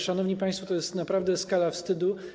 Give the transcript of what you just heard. Szanowni państwo, to jest naprawdę skala wstydu.